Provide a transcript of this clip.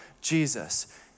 Jesus